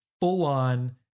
full-on